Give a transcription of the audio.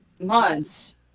months